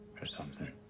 for something.